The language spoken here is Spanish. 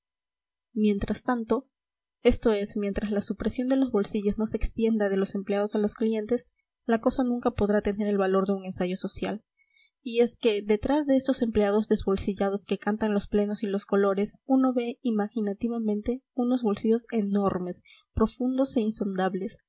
mientras tanto esto es mientras la supresión de los bolsillos no se extienda de los empleados a los clientes la cosa nunca podrá tener el valor de un ensayo social y es que detrás de estos empleados desbolsillados que cantan los plenos y los colores uno ve imaginativamente unos bolsillos enormes profundos e insondables